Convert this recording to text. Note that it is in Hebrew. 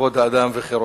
כבוד האדם וחירותו.